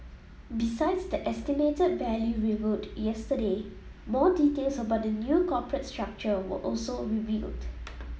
besides the estimated value revealed yesterday more details about the new corporate structure were also unveiled